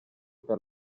per